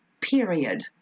period